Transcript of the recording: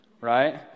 Right